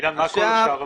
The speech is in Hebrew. אילו, מה כל השאר אמרו?